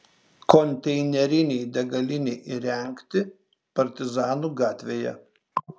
konteinerinei degalinei įrengti partizanų gatvėje